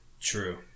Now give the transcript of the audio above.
True